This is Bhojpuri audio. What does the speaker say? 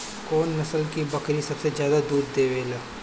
कौन नस्ल की बकरी सबसे ज्यादा दूध देवेले?